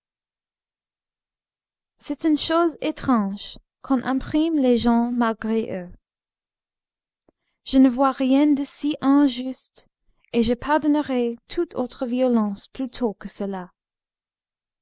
c'est une chose étrange qu'on imprime les gens malgré eux je ne vois rien de si injuste et je pardonnerais toute autre violence plutôt que